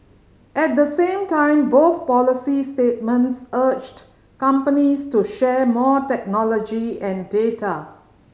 at the same time both policies statements urged companies to share more technology and data